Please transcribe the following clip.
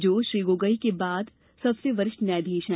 जो श्री गोगोई के बाद वे सबसे वरिष्ठ न्यायधीश हैं